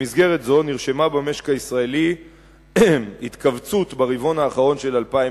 במסגרת זו נרשמה במשק הישראלי התכווצות ברבעון האחרון של 2008,